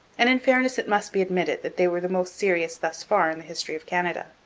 and in fairness it must be admitted that they were the most serious thus far in the history of canada.